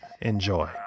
Enjoy